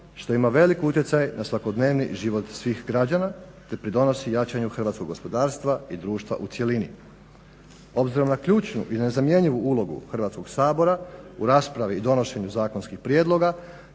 što ima velik utjecaj na svakodnevni život svih građana te pridonosi jačanju hrvatskog gospodarstva i društva u cjelini. Obzirom na ključnu i nezamjenjivu ulogu Hrvatskog sabora u raspravi i donošenju zakonskih prijedloga,